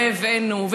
והבאנו,